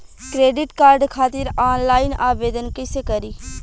Credit card खातिर online आवेदन कइसे करि?